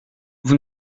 vous